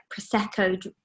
prosecco